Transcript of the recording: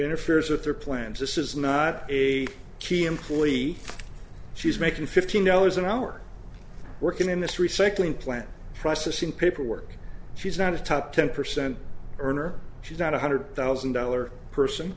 interferes with their plans this is not a key employee she's making fifteen dollars an hour working in this recycling plant processing paperwork she's not a top ten percent earner she's not one hundred thousand dollar person